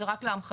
זה רק להמחשה.